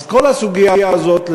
אז את כל הסוגיה הזאת,